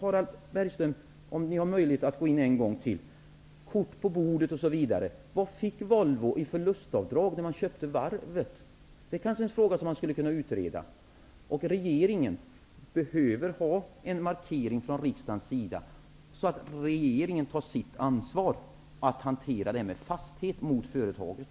Harald Bergström talar om möjligheter att gå in en gång till, om korten på bordet osv. Men vad fick Volvo i form av förlustavdrag vid köpet av varvet? Den frågan kunde kanske utredas. Regeringen behöver en markering från riksdagens sida, och regeringen får ta sitt ansvar och hantera frågan med fasthet gentemot företaget.